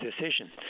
decision